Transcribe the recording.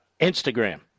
Instagram